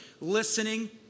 listening